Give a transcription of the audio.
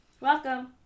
Welcome